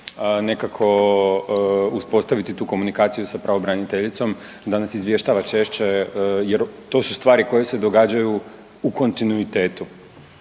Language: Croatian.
nekako uspostaviti tu komunikaciju sa pravobraniteljicom da nas izvještava češće jer to su stvari koje se događaju u kontinuitetu.